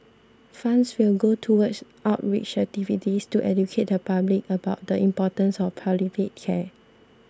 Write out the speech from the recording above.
funds will go towards outreach activities to educate the public about the importance of palliative care